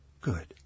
Good